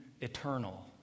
eternal